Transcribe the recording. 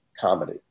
comedy